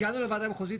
הגענו לוועדה המחוזית,